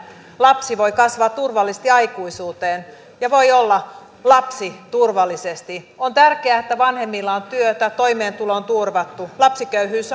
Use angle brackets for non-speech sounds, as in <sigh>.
lapsi voi kasvaa turvallisesti aikuisuuteen ja voi olla lapsi turvallisesti on tärkeää että vanhemmilla on työtä toimeentulo on turvattu lapsiköyhyys <unintelligible>